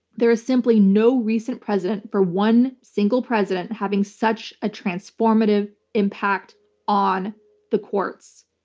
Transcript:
there is simply no recent precedent for one single president having such a transformative impact on the courts.